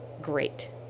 great